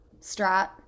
Strat